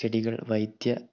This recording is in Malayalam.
ചെടികൾ വൈദ്യ